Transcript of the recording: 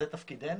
זה תפקידנו.